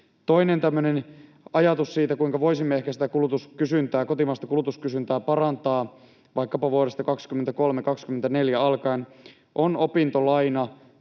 tämmöinen ajatus siitä, kuinka voisimme ehkä sitä kotimaista kulutuskysyntää parantaa vaikkapa vuodesta 23 tai 24 alkaen, on opintolaina.